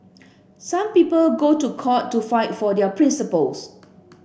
some people go to court to fight for their principles